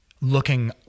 looking